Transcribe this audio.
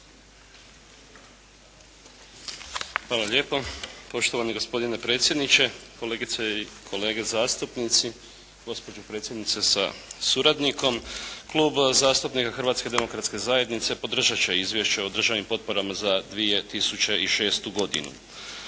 Hvala lijepo. Poštovani gospodine predsjedniče, kolegice i kolege zastupnici, gospođo predsjednice sa suradnikom. Klub zastupnika Hrvatske demokratske zajednice podržati će Izvješće o državnim potporama za 2006. godinu.